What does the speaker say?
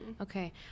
Okay